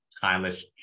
timeless